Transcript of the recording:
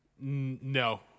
No